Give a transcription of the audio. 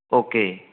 okay